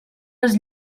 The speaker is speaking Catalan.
les